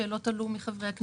אתה רואה שאנשים ממשיכים לקנות.